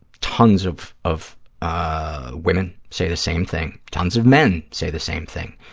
tons of of ah women say the same thing. tons of men say the same thing.